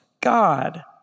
God